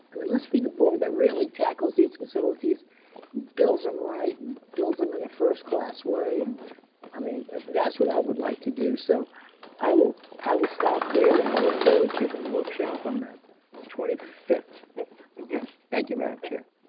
i mean, let's be the board that really tackles these facilities and builds them right, and builds them in a first class way. and i mean, that's what i would like to do. so i will i will stop there. and i look forward to the workshop on the twenty fifth fifth okay. thank you madam chair.